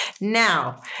Now